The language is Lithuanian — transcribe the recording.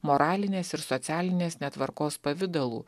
moralinės ir socialinės netvarkos pavidalų